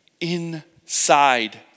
inside